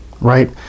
right